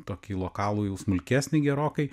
tokį lokalų jau smulkesnį gerokai